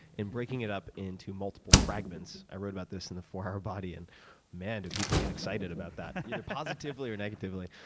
and breaking it up into multiple fragments. i wrote about this in the four hour body, and man, do people get excited about that, either positively or negatively.